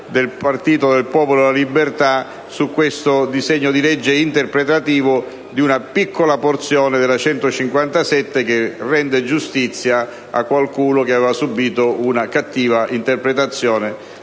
del Gruppo del Popolo della Libertà su questo disegno di legge, interpretativo di una piccola porzione della legge n 157 del 1992, che rende giustizia a qualcuno che aveva subito una cattiva interpretazione